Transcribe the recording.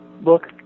book